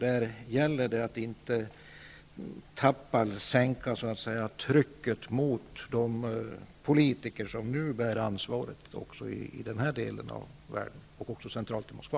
Det gäller att inte sänka trycket gentemot de politiker som bär ansvaret, både i den här delen av världen och centralt i Moskva.